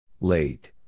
Late